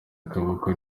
akaboko